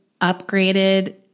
upgraded